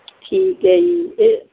ਠੀਕ ਹੈ ਜੀ ਅਤੇ